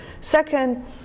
Second